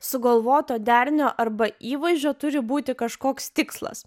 sugalvoto derinio arba įvaizdžio turi būti kažkoks tikslas